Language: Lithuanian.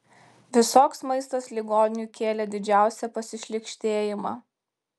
visoks maistas ligoniui kėlė didžiausią pasišlykštėjimą